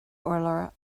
urlár